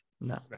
No